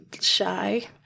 shy